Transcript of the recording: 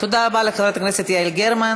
תודה רבה לחברת הכנסת יעל גרמן.